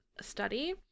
study